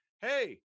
Hey